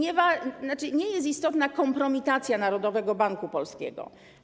I nie jest istotna kompromitacja Narodowego Banku Polskiego.